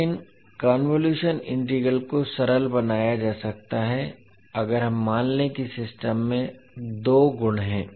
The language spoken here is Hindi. लेकिन कन्वोलुशन इंटीग्रल को सरल बनाया जा सकता है अगर हम मान लें कि सिस्टम में दो गुण हैं